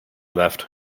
left